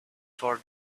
for